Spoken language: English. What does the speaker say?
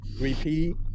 repeat